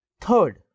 Third